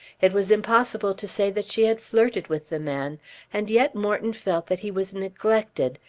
it was impossible to say that she had flirted with the man and yet morton felt that he was neglected,